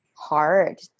hard